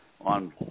on